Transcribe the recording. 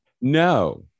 no